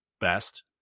best